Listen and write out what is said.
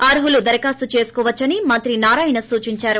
అర్హులు దరఖాస్తు చేసుకోవచ్చని మంత్రి నారాయణ సూచించారు